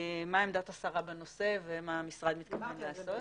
מה עמדת השרה בנושא ומה המשרד מתכוון לעשות?